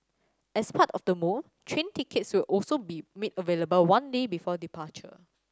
as part of the move train tickets will also be made available one day before departure